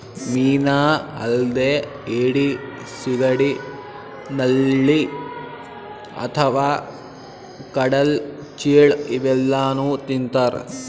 ಮೀನಾ ಅಲ್ದೆ ಏಡಿ, ಸಿಗಡಿ, ನಳ್ಳಿ ಅಥವಾ ಕಡಲ್ ಚೇಳ್ ಇವೆಲ್ಲಾನೂ ತಿಂತಾರ್